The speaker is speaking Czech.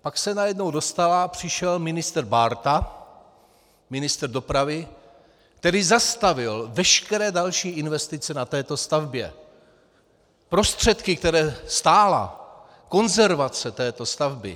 Pak se najednou dostala a přišel ministr Bárta, ministr dopravy Bárta, který zastavil veškeré další investice na této stavbě, prostředky, které stála, konzervace této stavby.